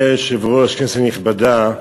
אדוני היושב-ראש, כנסת נכבדה,